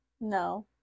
No